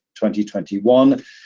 2021